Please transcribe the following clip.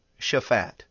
Shaphat